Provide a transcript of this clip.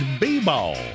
b-ball